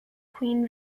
queen